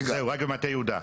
אין, רק במטה יהודה.